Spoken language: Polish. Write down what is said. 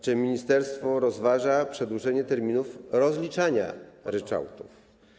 Czy ministerstwo rozważa przedłużenie terminów rozliczania ryczałtów?